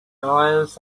oils